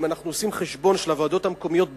אם אנחנו עושים חשבון של הוועדות המקומיות בארץ,